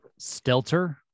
Stelter